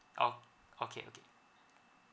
oh okay